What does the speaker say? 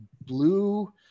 blue